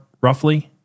roughly